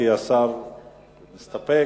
כי השר מסתפק,